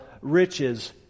riches